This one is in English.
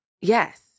Yes